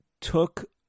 took